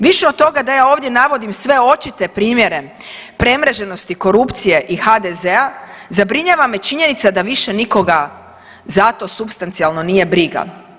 Više od toga da ja ovdje navodim sve očite primjere premreženosti korupcije i HDZ-a zabrinjava me činjenica da više nikoga za to supstacionalno nije briga.